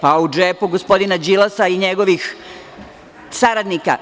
Pa u džepu gospodina Đilasa i njegovih saradnika.